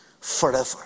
forever